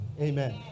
amen